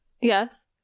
Yes